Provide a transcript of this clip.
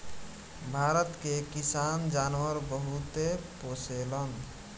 भारत के किसान जानवर बहुते पोसेलन